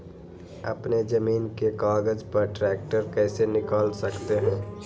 अपने जमीन के कागज पर ट्रैक्टर कैसे निकाल सकते है?